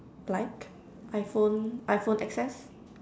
like iPhone iPhone X_S